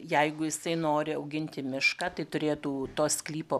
jeigu jisai nori auginti mišką tai turėtų to sklypo